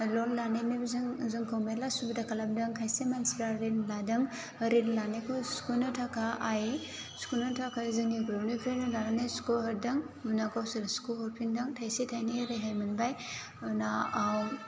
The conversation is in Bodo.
लन लानायनिबो जोंखौ मेरला सुबिदा खालामदों खायसे मानसिफ्रा रिन लादों रिन लानायखौ सुख'नो थाखा आय सुख'नो थाखाय जोंनि ग्रुपनिफ्रायनो लानानै सुख' हरदों उनाव गावसोर सुख' हरफिनदों थायसे थायनै रेहाय मोनबाय उनाव